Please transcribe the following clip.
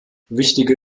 wichtige